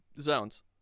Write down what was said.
zones